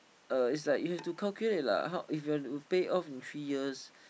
uh is like you have to calculate like if you want to pay off in three years